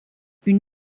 une